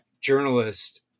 journalist